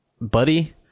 buddy